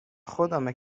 خدامه